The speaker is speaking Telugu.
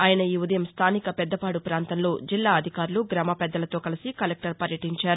ఆయన ఈ ఉదయం స్థానిక పెద్దపాడు ప్రాంతంలో జిల్లా అధికారులు గ్రామ పెద్దలతో కలిసి కలెక్లర్ పర్యటించారు